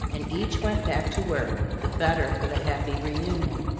and each went back to work, the better for the happy reunion.